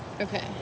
Okay